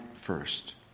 first